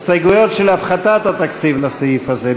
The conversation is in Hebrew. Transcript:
ההסתייגויות של הפחתת התקציב לסעיף הזה,